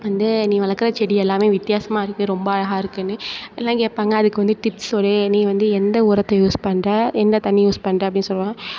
வந்து நீ வளக்கிற செடி எல்லாம் வித்தியாசமாக இருக்கு ரொம்ப அழகாக இருக்குன்னு எல்லாம் கேட்பாங்க அதுக்கு வந்து டிப்ஸ் சொல் நீ வந்து எந்த உரத்தை யூஸ் பண்ணுற என்ன தண்ணியை யூஸ் பண்ணுற அப்படீன்னு சொல்வாங்க